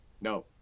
No